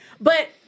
But-